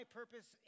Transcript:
purpose